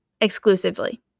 exclusively